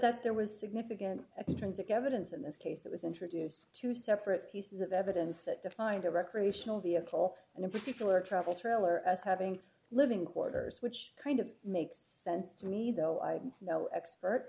that there was significant extrinsic evidence in this case it was introduced to separate pieces of evidence that defined a recreational vehicle and in particular a travel trailer as having living quarters which kind of makes sense to me though i no